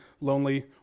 lonely